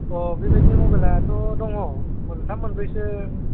अ बेबायदि मबाइलाथ' दंङ औ मोनथाम मोनब्रैसो